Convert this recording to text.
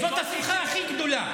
זאת השמחה הכי גדולה.